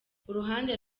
uruhande